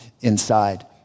inside